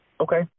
Okay